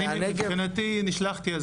אני מבחינתי נשלחתי,